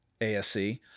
ASC